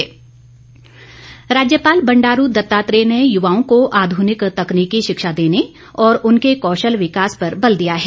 राज्यपाल राज्यपाल बंडारू दत्तात्रेय ने युवाओं को आध्निक तकनीकी शिक्षा देने और उनके कौशल विकास पर बल दिया है